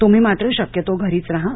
तुम्ही मात्र शक्यतो घरीच राहा